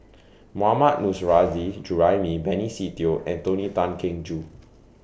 Mohammad Nurrasyid Juraimi Benny Se Teo and Tony Tan Keng Joo